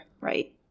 right